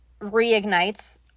reignites